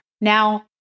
Now